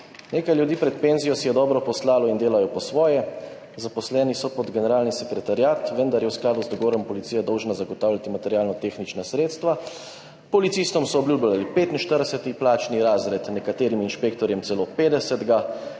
Nekaj ljudi pred penzijo si je dobro postlalo in delajo po svoje. Zaposleni so v Generalnem sekretariatu Vlade, vendar je v skladu z dogovorom Policija dolžna zagotavljati materialno-tehnična sredstva. Policistom so obljubljali 45. plačni razred, nekaterim inšpektorjem celo 50. Šef,